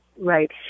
Right